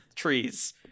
trees